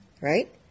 Right